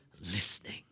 listening